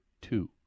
two